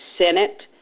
Senate